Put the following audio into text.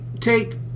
take